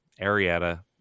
Arietta